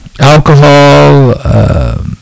alcohol